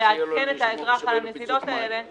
לתאגיד לעדכן את האזרח על הנזילות האלה.